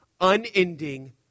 unending